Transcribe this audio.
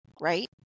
Right